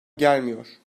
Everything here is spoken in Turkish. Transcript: gelmiyor